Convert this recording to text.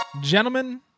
Gentlemen